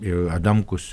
ir adamkus